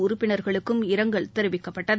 உறுப்பினர்களுக்கும் இரங்கல் தெரிவிக்கப்பட்டது